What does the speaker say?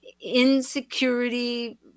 insecurity